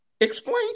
Explain